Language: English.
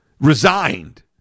resigned